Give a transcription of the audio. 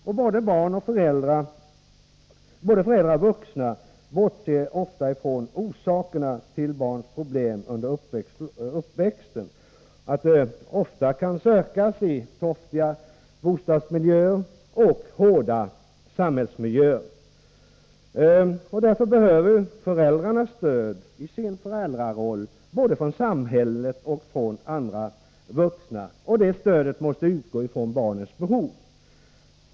Och både föräldrar och andra vuxna bortser också från att orsakerna till barns problem under uppväxten ofta kan sökas i torftiga bostadsmiljöer och hårda samhällsmiljöer. Föräldrarna behöver därför stöd i sin föräldraroll, både från samhället och från andra vuxna, och det stödet måste utgå från barnens behov.